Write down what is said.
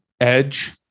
Edge